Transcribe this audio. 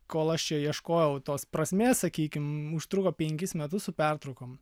kol aš čia ieškojau tos prasmės sakykim užtruko penkis metus su pertraukom